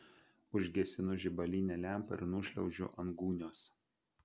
užgesinu žibalinę lempą ir nušliaužiu ant gūnios